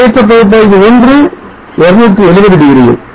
நிலையற்ற பகுப்பாய்வு ஒன்று 270 யில்